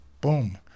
Boom